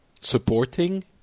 supporting